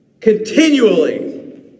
continually